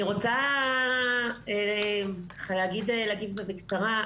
אני רוצה להגיד בקצרה,